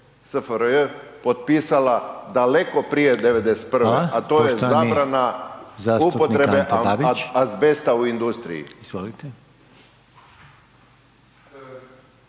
SFRJ potpisala daleko prije '91., a to je zabrana upotrebe azbesta u industriji.